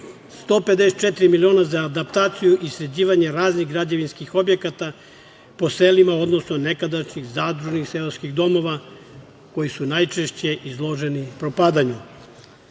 154 miliona za adaptaciju i sređivanje raznih građevinskih objekata po selima, odnosno nekadašnjih zadružnih seoskih domova koji su najčešće izloženi propadanju,